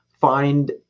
find